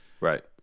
right